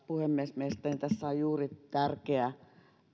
puhemies mielestäni tässä on juuri tärkeää